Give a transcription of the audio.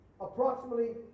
Approximately